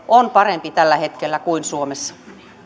on tällä hetkellä parempi kuin suomessa